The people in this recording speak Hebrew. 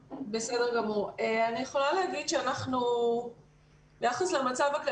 אני יודע שכל שנה נושא המחסור בחיסונים חוזר על עצמו,